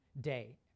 Day